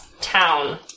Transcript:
town